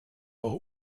auch